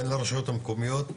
והן לרשויות המקומיות,